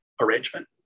arrangement